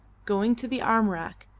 going to the arm-rack,